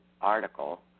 article